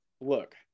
Look